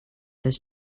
this